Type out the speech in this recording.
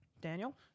Daniel